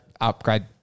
upgrade